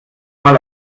mal